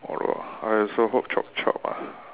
ya lor I also hope chop chop ah